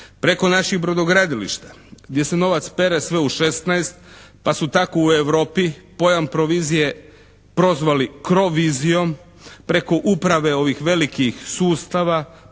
preko naših brodogradilišta gdje se novac pere sve u šesnaest pa su tako u Europi pojam provizije prozvali krovizijom, preko uprave ovih velikih sustava,